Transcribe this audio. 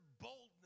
boldness